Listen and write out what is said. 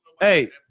hey